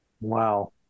Wow